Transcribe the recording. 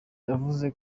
yavuze